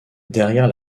derrière